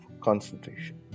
concentration